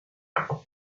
falsa